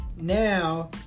now